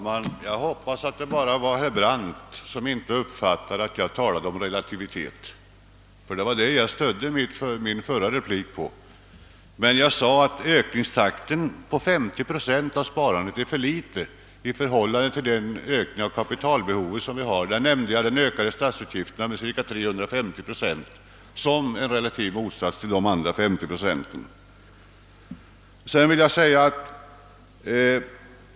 Herr talman! Jag hoppas att det bara var herr Brandt som inte uppfattade att jag talade om relativitet. Det var näm ligen denna jag stödde min förra replik på. Jag påpekade att ökningen av sparandet på 50 procent är för liten i förhållande till den ökning av kapitalbehovet vi har och nämnde att statsutgifterna vuxit med cirka 350 procent som en relativ motsats till de andra 50 procenten.